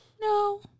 No